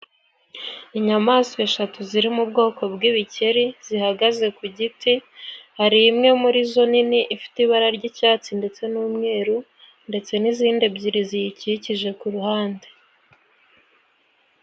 Inyamaswa eshatu ziri mu bwoko bw'ibikeri, zihagaze ku giti, har'imwe muri zo nini ifite ibara ry'icyatsi, ndetse n'umweru, ndetse n'izindi ebyiri ziyikikije ku ruhande.